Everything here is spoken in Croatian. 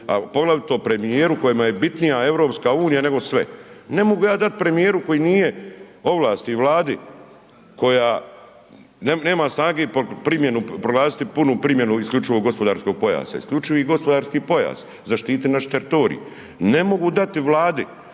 poglavito premijeru kojemu je bitnija EU nego sve. Ne mogu ja dat premijeru koji nije ovlasti i Vladi koja nema snage i primjenu, proglasiti punu primjenu isključivog gospodarsko pojasa. Isključivi gospodarski pojas, zaštiti naš teritorij. Ne mogu dati Vladi